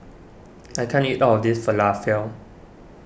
I can't eat all of this Falafel